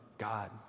God